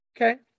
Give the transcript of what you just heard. Okay